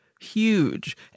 huge